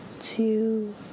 two